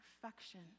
perfection